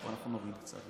פה נוריד קצת,